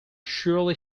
surly